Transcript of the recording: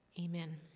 Amen